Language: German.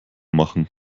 machen